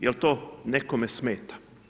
Jel to nekome smeta?